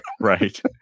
Right